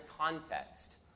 context